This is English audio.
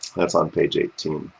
that's on page eighteen.